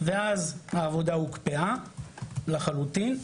ואז העבודה הוקפאה לחלוטין.